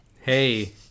Hey